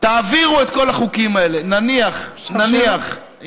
תעבירו את כל החוקים האלה, נניח, נניח, אפשר שאלה?